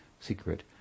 secret